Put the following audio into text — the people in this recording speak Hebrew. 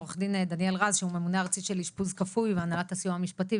עו"ד דניאל רז שהוא הממונה הארצי של אשפוז כפוי והנהלת הסיוע המשפטי,